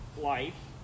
Life